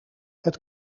het